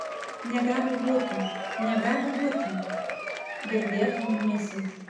negali būti negali būti girdėt murmesys